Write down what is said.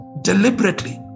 deliberately